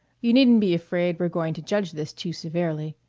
you needn't be afraid we're going to judge this too severely.